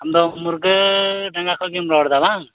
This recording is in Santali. ᱟᱢᱫᱚ ᱢᱩᱨᱜᱟᱹᱰᱟᱸᱜᱟ ᱠᱷᱚᱱ ᱜᱮᱢ ᱨᱚᱲᱮᱫᱟ ᱵᱟᱝ